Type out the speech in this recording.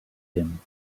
him